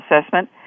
assessment